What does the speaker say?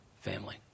family